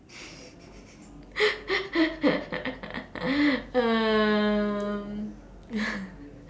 um